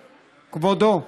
כבודו,